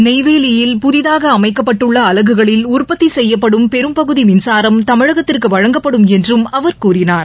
நெய்வேலியில் பதிதாக அமைக்கப்பட்டுள்ளஅலகுகளில் உற்பத்தி செப்யப்படும் பெரும்பகுதி மின்சுரம் தமிழகத்திற்கு வழங்கப்படும் என்றும் அவர் கூறினார்